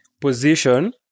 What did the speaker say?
position